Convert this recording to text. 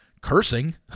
cursing